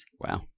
Wow